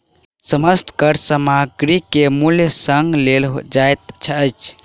समस्त कर सामग्री के मूल्य संग लेल जाइत अछि